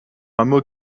hameau